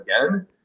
again